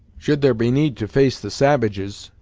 should there be need to face the savages,